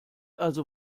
also